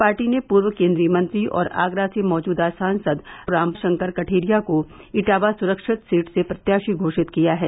party ने पूर्व केन्द्रीय मंत्री और आगरा से मौजूदा सांसद रमाशंकर कठेरिया को इटावा सुरक्षित सीट से प्रत्याशी घोषित किया है